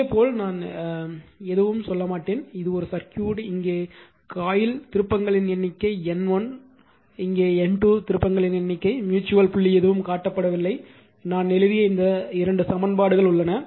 இதே போல் நான் எதுவும் சொல்ல மாட்டேன் ஒரு சர்க்யூட் இங்கே காயில் திருப்பங்களின் எண்ணிக்கை N1 திருப்பங்கள் இங்கே N2 திருப்பங்களின் எண்ணிக்கை ம்யூச்சுவல் புள்ளி எதுவும் காட்டப்படவில்லை நான் எழுதிய இந்த இரண்டு சமன்பாடுகள் உள்ளன